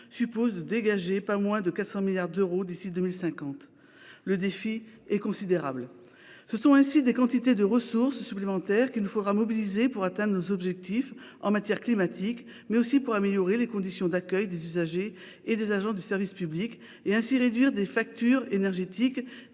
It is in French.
suppose de dégager pas moins de 400 milliards d'euros d'ici à 2050. Le défi est considérable. Il nous faudra mobiliser des ressources supplémentaires en quantité pour accomplir nos desseins en matière climatique, mais aussi pour améliorer les conditions d'accueil des usagers et des agents du service public, et, ainsi, réduire les factures énergétiques